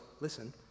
listen